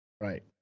Right